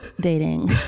dating